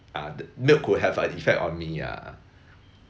uh the milk will have an effect on me ya